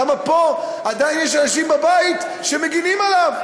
למה פה עדיין יש אנשים בבית שמגינים עליו,